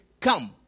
Come